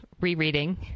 rereading